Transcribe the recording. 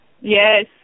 Yes